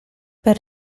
per